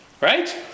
right